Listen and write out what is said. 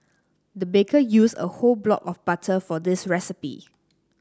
the baker used a whole block of butter for this recipe